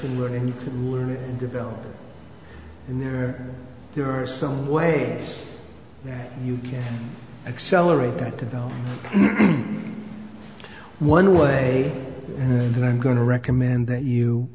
can learn and you can learn it and develop in there there are some ways that you can accelerate that develop one way and then i'm going to recommend that you